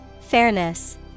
Fairness